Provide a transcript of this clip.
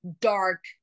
dark